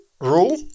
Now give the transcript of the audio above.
rule